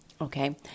Okay